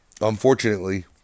unfortunately